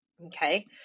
Okay